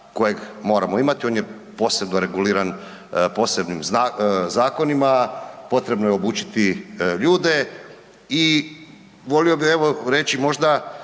kojeg moramo imati, on je posebno reguliran posebnim zakonima, potrebno je obučiti ljude. Volio bih reći možda